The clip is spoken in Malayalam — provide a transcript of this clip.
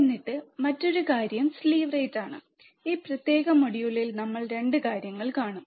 എന്നിട്ട്മറ്റൊരു കാര്യം സ്ലീവ് റേറ്റ് ആണ് ഈ പ്രത്യേക മൊഡ്യൂളിൽ നമ്മൾ 2 കാര്യങ്ങൾ കാണും